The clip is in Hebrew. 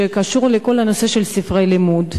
שקשור לכל הנושא של ספרי הלימוד.